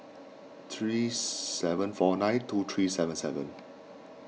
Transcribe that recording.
three seven four nine two three seven seven